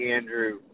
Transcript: Andrew